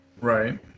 Right